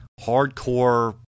hardcore